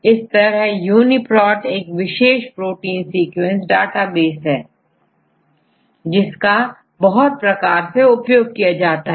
इस तरहUniProt एक विशेष प्रोटीन सीक्वेंस डाटाबेस है जिसका बहुत तरह से उपयोग होता है